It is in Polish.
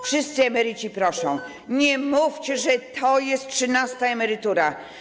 Wszyscy emeryci proszą: Nie mówcie, że to jest trzynasta emerytura.